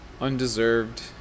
Undeserved